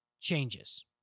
changes